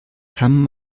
kann